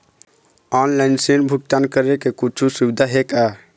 Online ऋण भुगतान करे के कुछू सुविधा हे का?